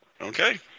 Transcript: Okay